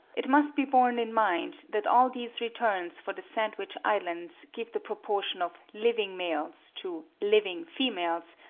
it must be borne in mind that all these returns for the sandwich islands give the proportion of living males to living females,